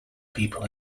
people